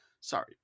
Sorry